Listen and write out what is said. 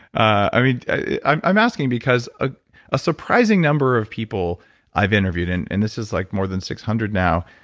i mean, i'm i'm asking because a ah surprising number of people i've interviewed, and and this is like more than six hundred now,